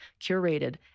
curated